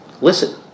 Listen